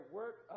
work